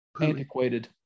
Antiquated